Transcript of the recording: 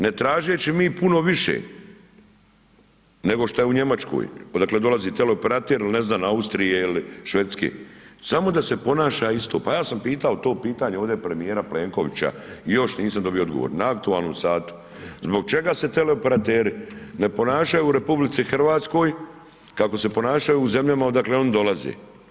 Ne tražeći mi puno više nego šta je u Njemačkoj odakle dolazi teleoperater ili ne znam Austrije ili Švedske, samo da se ponaša isto, pa ja sam pitao to pitanje ovdje premijera Plenkovića i još nisam dobio odgovor, na aktualnom satu, zbog čega se teleoperateri ne ponašaju u RH kako se ponašaju u zemljama odakle oni dolaze?